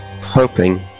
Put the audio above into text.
hoping